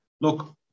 Look